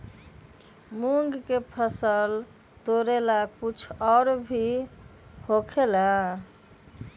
मूंग के फसल तोरेला कुछ और भी होखेला?